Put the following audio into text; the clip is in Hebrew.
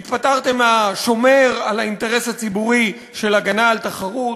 נפטרתם מהשומר על האינטרס הציבורי של הגנה על תחרות.